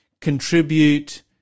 contribute